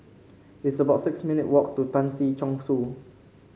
it's about six minute walk to Tan Si Chong Su